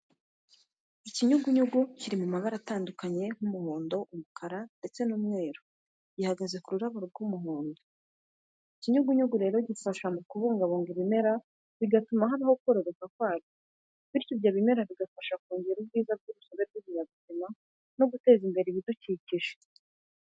Ikinyugunyugu kiri mu mabara atandukanye nk'umuhondo, umukara ndetse n'umweru gihagaze ku rurabo na rwo rw'umuhondo. Ikinyugunyugu rero gifasha mu kubangurira ibimera bigatuma habaho kororoka kwabyo, bityo ibyo bimera bigafasha kongera ubwiza bw'urusobe rw'ibinyabuzima no guteza imbere ibidukikije.